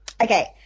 okay